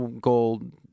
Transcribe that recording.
gold